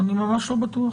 אני ממש לא בטוח.